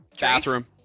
Bathroom